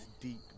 deep